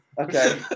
Okay